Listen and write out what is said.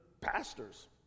pastors